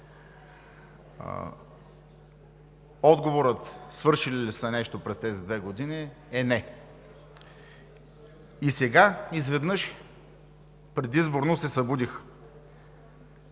Отговорът на: „Свършили ли са нещо през тези две години?“ е: „Не!“. И сега изведнъж предизборно се събудиха.